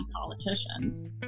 politicians